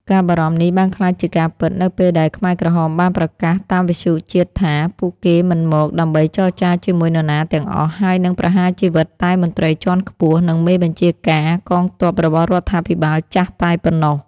ការបារម្ភនេះបានក្លាយជាការពិតនៅពេលដែលខ្មែរក្រហមបានប្រកាសតាមវិទ្យុជាតិថា ពួកគេមិនមកដើម្បីចរចាជាមួយនរណាទាំងអស់ ហើយនឹងប្រហារជីវិតតែមន្ត្រីជាន់ខ្ពស់ និងមេបញ្ជាការកងទ័ពរបស់រដ្ឋាភិបាលចាស់តែប៉ុណ្ណោះ។